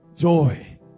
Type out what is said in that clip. joy